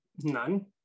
None